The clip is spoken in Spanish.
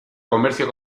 comercio